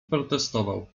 protestował